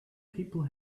people